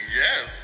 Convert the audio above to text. yes